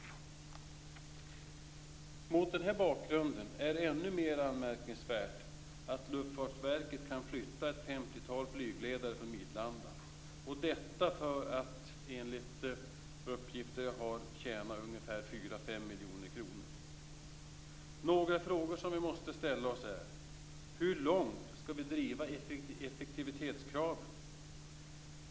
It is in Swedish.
Mot den här bakgrunden är det ännu mer anmärkningsvärt att Luftfartsverket kan flytta ett femtiotal flygledare från Midlanda, enligt uppgift för att tjäna Några frågor som vi måste ställa oss är: Hur långt skall vi driva effektivitetskraven?